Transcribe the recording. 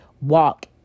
walk